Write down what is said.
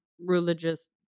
religious